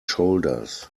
shoulders